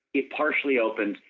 it partially opened,